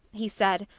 he said.